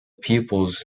pupils